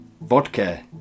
Vodka